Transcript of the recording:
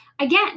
Again